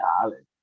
college